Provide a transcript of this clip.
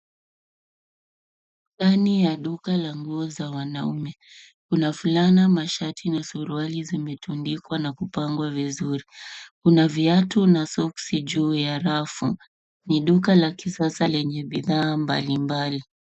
Ndani ya duka la nguo za wanaume. Kuna fulana, mashati na suruali zimetundikwa na kupangwa vizuri. Kuna viatu na soksi juu ya rafu. Ni duka la kisasa lenye bidhaa mbalimbali.